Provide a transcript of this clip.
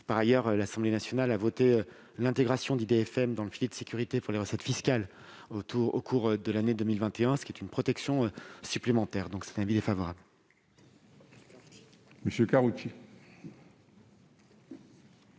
Par ailleurs, l'Assemblée nationale a voté l'intégration d'IDFM dans le filet de sécurité pour les recettes fiscales au cours de l'année 2021, ce qui est une protection supplémentaire. L'avis est défavorable.